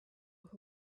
who